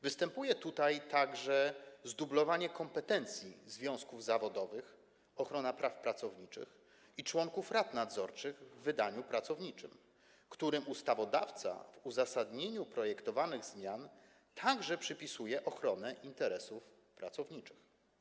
Występuje tutaj także zdublowanie kompetencji związków zawodowych - ochrona praw pracowniczych - i członków rad nadzorczych w wydaniu pracowniczym, którym ustawodawca w uzasadnieniu projektowanych zmian także przypisuje ochronę interesów pracowniczych.